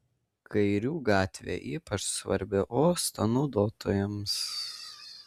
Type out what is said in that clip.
kairių gatvė ypač svarbi uosto naudotojams